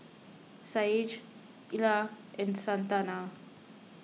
Saige Illa and Santana